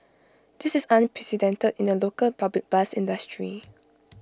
this is unprecedented in the local public bus industry